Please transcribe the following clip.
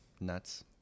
nuts